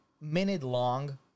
minute-long